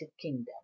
Kingdom